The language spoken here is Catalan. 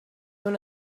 una